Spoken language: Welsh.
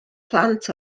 plant